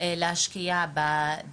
ינצלו את התקציבים כדי להשקיע בזה.